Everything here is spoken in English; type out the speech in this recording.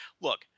Look